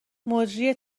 مجری